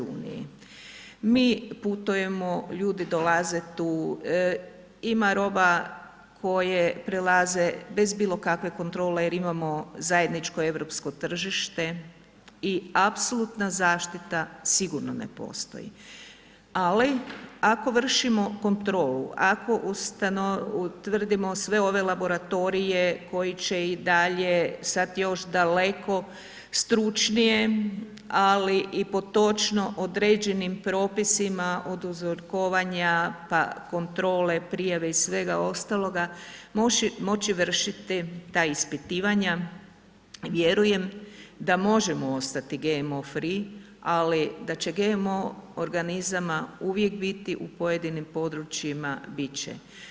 Mi putujemo, ljudi dolaze tu, ima roba koje prelaze bez bilo kakve kontrole jer imamo zajedničko europsko tržište i apsolutna zaštita sigurno ne postoji, ali ako vršimo kontrolu, ako utvrdimo sve ove laboratorije koji će i dalje sad još daleko stručnije, ali i po točno određenim propisima od uzorkovanja pa kontrole, prijave i svega ostaloga moći vršiti ta ispitivanja vjerujem da možemo ostati GMO free, ali da će GMO organizama uvijek biti u pojedinim područjima bit će.